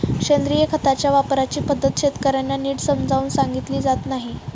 सेंद्रिय खताच्या वापराची पद्धत शेतकर्यांना नीट समजावून सांगितली जात नाही